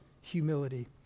humility